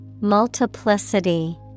Multiplicity